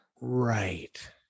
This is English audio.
Right